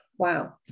Wow